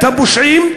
את הפושעים,